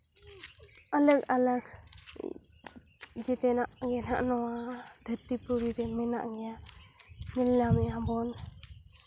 ᱟᱞᱟᱜᱽ ᱟᱞᱟᱜᱽ ᱡᱮᱛᱮᱱᱟᱜ ᱜᱮ ᱦᱟᱸᱜ ᱱᱚᱣᱟ ᱫᱷᱟᱹᱨᱛᱤ ᱯᱩᱨᱤ ᱨᱮ ᱢᱮᱱᱟᱜ ᱜᱮᱭᱟ ᱧᱮᱞ ᱧᱟᱢ ᱮᱫᱼᱟ ᱵᱚᱱ